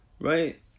right